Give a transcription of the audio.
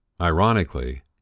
Ironically